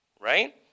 right